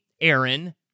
Aaron